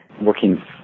working